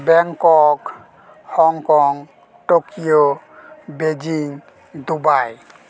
Bangkok Hong Kong Tokyo Beijing Dubai